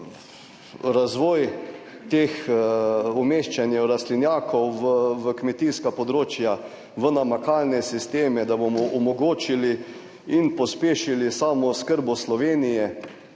razvoj teh umeščanje rastlinjakov v kmetijska področja, v namakalne sisteme, da bomo omogočili in pospešili samooskrbo Slovenije,